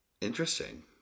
Interesting